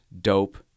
dope